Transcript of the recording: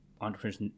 entrepreneurs